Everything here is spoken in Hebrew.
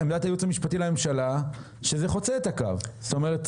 עמדת הייעוץ המשפטי לממשלה שזה חוצה את הקו חד-משמעית.